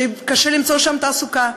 שקשה למצוא שם תעסוקה,